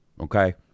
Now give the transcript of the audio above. Okay